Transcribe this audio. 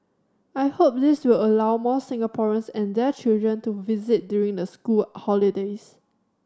I hope this will allow more Singaporeans and their children to visit during the school holidays